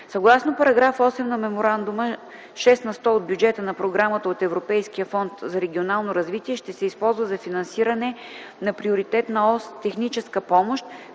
Съгласно § 8 от меморандума 6 на сто от бюджета на програмата от Европейския фонд за регионално развитие ще се използва за финансиране на приоритетна ос „Техническа помощ”,